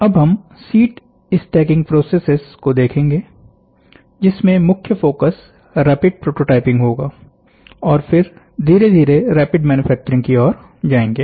अब हम sheet stacking processes को देखेंगे जिसमें मुख्य फोकस रैपिड प्रोटोटाइपिंग होगा और फिर धीरे धीरे रैपिड मैन्युफैक्चरिंग की ओर जायेंगे